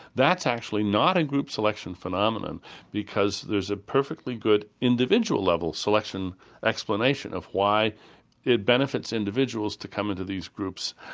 that's actually not a group selection phenomenon because there's a perfectly good individual level selection explanation of why it benefits individuals to come into these groups.